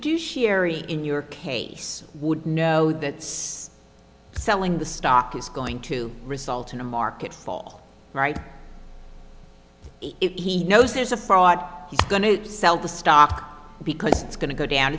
fiduciary in your case would know that selling the stock is going to result in a market fall right if he knows there's a fraud he's going to sell the stock because it's going to go down